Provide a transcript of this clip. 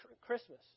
Christmas